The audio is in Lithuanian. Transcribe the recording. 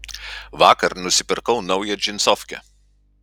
vakar nusipirkau naują džinsofkę